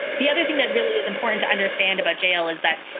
the other thing that really is important to understand about jail is that